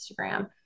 Instagram